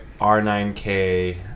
R9K